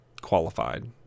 qualified